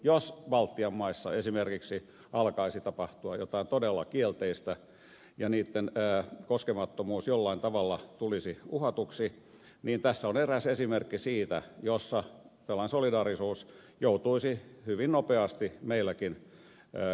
jos baltian maissa esimerkiksi alkaisi tapahtua jotain todella kielteistä ja niitten koskemattomuus jollain tavalla tulisi uhatuksi niin tässä on eräs esimerkki tilanteesta jossa tällainen solidaarisuus joutuisi hyvin nopeasti meilläkin kysyttäväksi